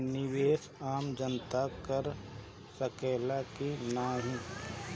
निवेस आम जनता कर सकेला की नाहीं?